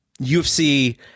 UFC